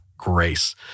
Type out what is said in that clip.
Grace